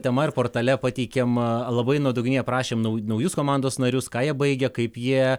tema ir portale pateikėm labai nuodugniai aprašėm naujus komandos narius ką jie baigia kaip jie